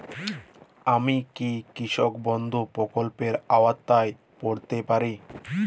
আমি কি কৃষক বন্ধু প্রকল্পের আওতায় পড়তে পারি?